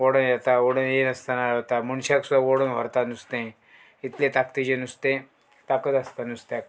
ओडोन येता ओडोन येनासतना वता मनशाक सुद्दां ओडोन व्हरता नुस्तें इतलें ताकतीचें नुस्तें ताकत आसता नुस्त्याक